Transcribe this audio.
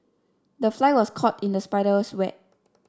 the fly was caught in the spider's web